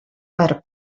per